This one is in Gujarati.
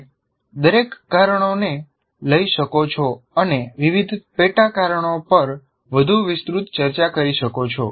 તમે દરેક કારણોને લઈ શકો છો અને વિવિધ પેટા કારણો પર વધુ વિસ્તૃત ચર્ચા કરી શકો છો